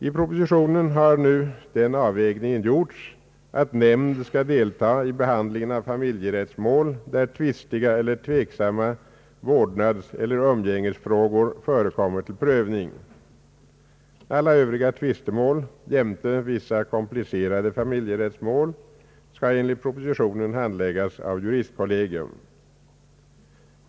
I propositionen har nu den avvägningen gjorts att nämnd skall deltaga i behandlingen av familjerättsmål där tvistiga eller tveksamma vårdnadseller umgängesfrågor förekommer till prövning. Alla övriga tvistemål — jämte vissa komplicerade familjerättsmål — skall enligt propositionen handläggas av juristkollegium.